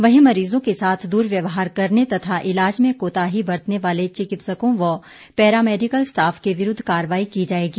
वहीं मरीजों के साथ दुर्व्यवहार करने तथा इलाज में कोताही बरतने वाले चिकित्सकों व पैरामिडकल स्टाफ के विरूद्व कार्रवाई की जाएगी